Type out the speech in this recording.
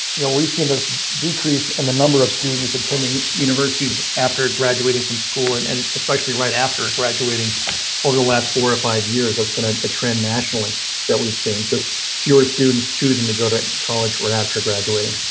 you know we've seen this decrease in the number of students attending universities after graduating from school, and and especially right after graduating over the last four or five years. it's been a trend nationally that we've seen just fewer students choosing to go to college or after graduating.